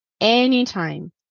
anytime